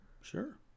Sure